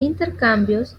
intercambios